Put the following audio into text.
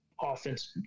offense